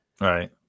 right